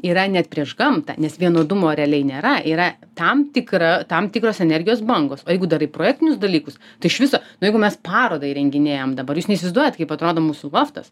yra net prieš gamtą nes vienodumo realiai nėra yra tam tikra tam tikros energijos bangos o jeigu darai projektinius dalykus tai iš viso nu jeigu mes parodą įrenginėjam dabar jūs neįsivaizduojat kaip atrodo mūsų loftas